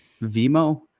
Vimo